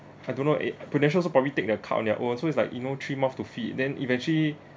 I don't know eh Prudential also probably take account on their own so it's like you know three mouth to feed then eventually